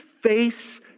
face